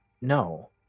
no